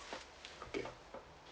okay